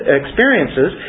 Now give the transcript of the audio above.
experiences